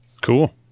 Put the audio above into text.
Cool